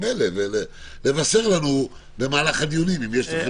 אלה ולבשר לנו במהלך הדיונים מה המצב.